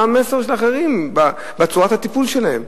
מה המסר לאחרים בצורת הטיפול שלהם.